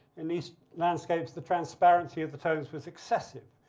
in these landscapes the transparency of the tones was excessive.